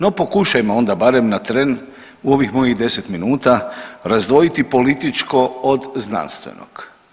No, pokušajmo onda barem na tren u ovih mojih 10 minuta razdvojiti političko od znanstvenog.